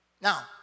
Now